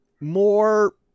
more